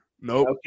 Nope